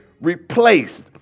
replaced